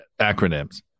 acronyms